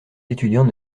étudiants